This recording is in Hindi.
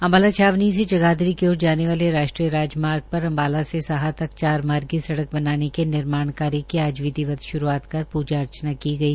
अम्बाला छावनी से जगाधरी की ओर जाने वाले राष्ट्रीय राजमार्ग पर अम्बाला से साहा तक चारमार्गी सड़क बनाने के निर्माण कार्य की आज विधिवत श्रूआंत कर पूजा अर्चना की गई